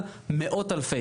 אבל מאות אלפי,